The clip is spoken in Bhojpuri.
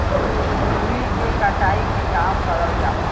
रुई के कटाई के काम करल जाला